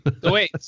Wait